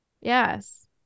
Yes